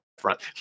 front